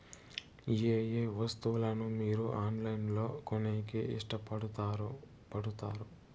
ఏయే వస్తువులను మీరు ఆన్లైన్ లో కొనేకి ఇష్టపడుతారు పడుతారు?